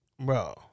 Bro